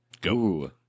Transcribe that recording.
Go